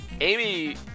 Amy